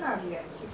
quite big lah